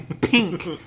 pink